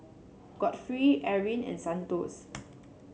Godfrey Eryn and Santos